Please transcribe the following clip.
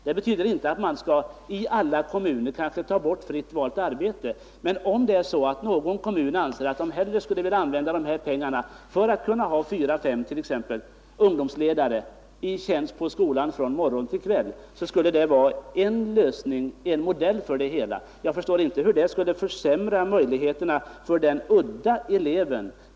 Det betyder inte att man skall ta bort möjligheten till fritt valt arbete, men om någon kommun vill använda dessa pengar för att t.ex. kunna anställa fyra eller fem ungdomsledare, som är i tjänst på skolan från morgon till kväll, skulle det kunna vara ett sätt för att lösa tillsynsproblemet och aktiviseringen av eleverna. Jag förstår inte hur det skulle försämra möjligheterna för den udda eleven.